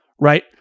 Right